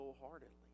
wholeheartedly